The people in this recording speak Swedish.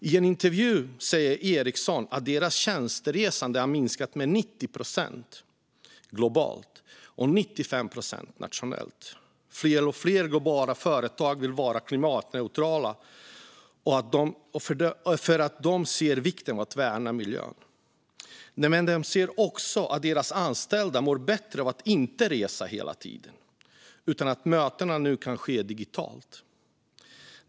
I en intervju säger Ericsson att deras tjänsteresande har minskat med 90 procent globalt och 95 procent nationellt. Fler och fler globala företag vill vara klimatneutrala därför att de ser vikten av att värna miljön. Men de ser också att deras anställda mår bättre av att inte resa hela tiden och av att mötena nu kan ske digitalt.